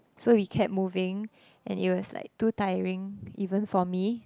so we kept moving and it was like too tiring even for me